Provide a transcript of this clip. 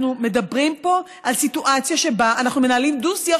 אנחנו מדברים פה על סיטואציה שבה אנחנו מנהלים דו-שיח